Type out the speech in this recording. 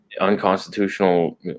unconstitutional